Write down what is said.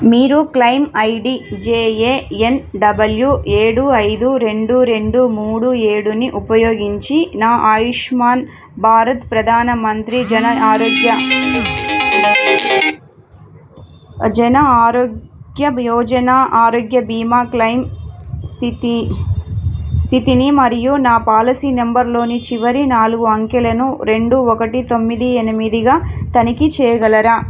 మీరు claim I D J A N W ఏడు ఐదు రెండు రెండు మూడు ఏడుని ఉపయోగించి నా ఆయుష్మాన్ భారత్ ప్రధాన మంత్రి జన ఆరోగ్య జన ఆరోగ్య యోజన ఆరోగ్య బీమా క్లెయిమ్ స్థితి స్థితిని మరియు నా పాలసీ నంబర్లోని చివరి నాలుగు అంకెలను రెండు ఒకటి తొమ్మిది ఎనిమిదిగా తనిఖీ చేయగలరా